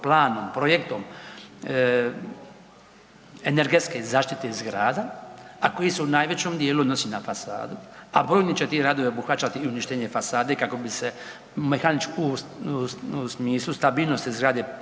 planom, projektom energetske zaštite zgrada, a koji se u najvećem dijelu odnosi na fasadu, a brojni će ti radovi obuhvaćati i uništenje fasade kako bi se u mehaničkom smislu stabilnosti zgrade